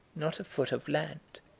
not a foot of land.